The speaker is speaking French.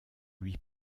lui